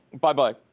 Bye-bye